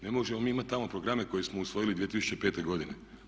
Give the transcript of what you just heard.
Ne možemo mi imati tamo programe koje smo usvojili 2005. godine.